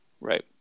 Right